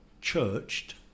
churched